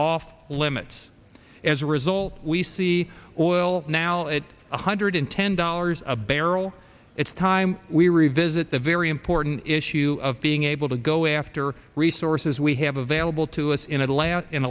off limits as a result we see oil now at one hundred ten dollars a barrel it's time we revisit the very important issue of being able to go after resources we have available to us in a